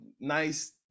nice